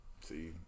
See